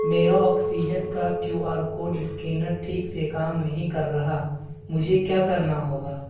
میرا آکسیجن کا Q R code scanner ٹھیک سے کام نہیں کر رہا مجھے کیا کرنا ہوگا